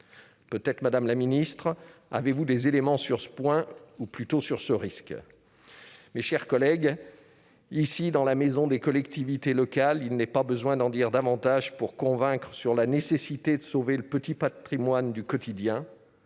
Peut-être, madame la ministre, disposez-vous d'éléments sur ce risque ? Mes chers collègues, ici, dans la maison des collectivités locales, il n'est pas besoin d'en dire davantage pour convaincre de la nécessité de sauver le petit patrimoine du quotidien,